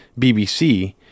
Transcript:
BBC